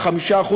וה-5%,